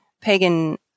Pagan